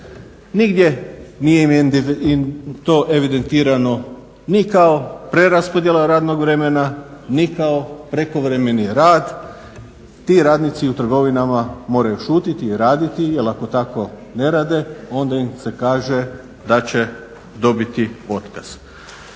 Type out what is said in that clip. Nigdje im nije to evidentirano ni kao preraspodjela radnog vremena, ni kao prekovremeni rad. Ti radnici u trgovinama moraju šutjeti i raditi jer ako tako ne rade onda im se kaže da će dobiti otkaz.